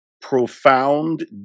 profound